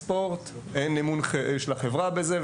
אין ספורט ואין אמון של החברה בזה,